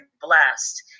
blessed